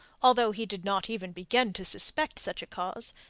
although he did not even begin to suspect such a cause,